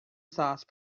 sauce